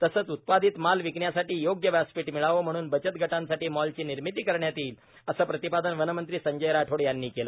तसेच उत्पादित माल विकण्यासाठी योग्य व्यासपीठ मिळावे म्हणून बचत गटांसाठी मॉलची निर्मिती करण्यात येईल असे प्रतिपादन वन मंत्री संजय राठोड यांनी केले